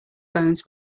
bones